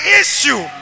issue